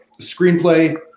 screenplay